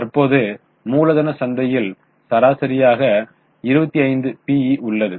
தற்போது மூலதன சந்தையில் சராசரியாக 25 PE உள்ளது